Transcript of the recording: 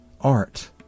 art